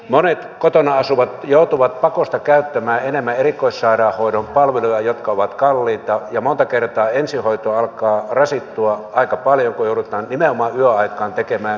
monet kotona asuvat joutuvat pakosta käyttämään enemmän erikoissairaanhoidon palveluja jotka ovat lapsemme ja monta kertaa ensihoito alkaa rasittua aika paljon kuin odottaa nimenomaan yöaikaan tekemään